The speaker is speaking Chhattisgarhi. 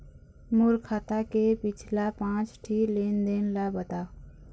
मोर खाता के पिछला पांच ठी लेन देन ला बताव?